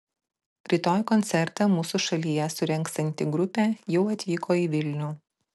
rytoj koncertą mūsų šalyje surengsianti grupė jau atvyko į vilnių